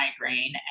migraine